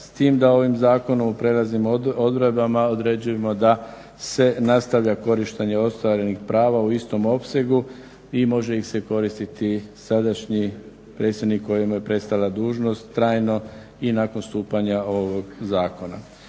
s time da ovim zakonom u prelaznim odredbama određujemo da se nastavlja korištenje ostvarenih prava u istom opsegu i može ih se koristiti sadašnji predsjednik kojemu je prestala dužnost trajno i nakon stupanja ovog zakona.